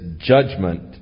judgment